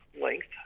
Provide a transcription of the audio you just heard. length